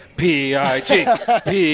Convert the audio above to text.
P-I-G